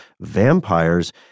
Vampires